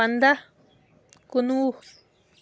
پنداہ کُنوُہ